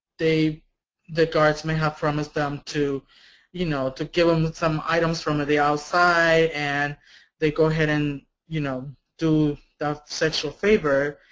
the guards may have promised them to you know to give them some items from the outside, and they go ahead and you know do the sexual favor,